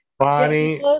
Bonnie